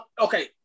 Okay